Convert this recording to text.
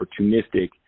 opportunistic